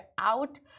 out